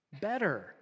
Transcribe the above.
Better